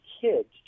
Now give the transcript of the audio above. kids